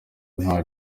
nta